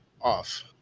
off